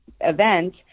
event